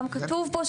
וגם כתוב פה,